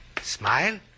smile